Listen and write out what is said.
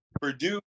Purdue